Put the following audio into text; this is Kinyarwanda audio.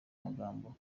magambo